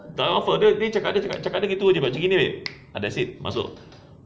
dah offer dia dia cakap dia cakap gitu jer dia cakap macam gini babe ada sikit masuk